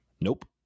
Nope